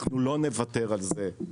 אנחנו לא נוותר על זה,